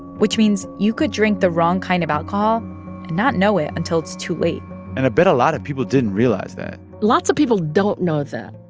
which means you could drink the wrong kind of alcohol and not know it until it's too late and i bet a lot of people didn't realize that lots of people don't know that,